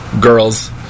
girls